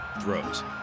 throws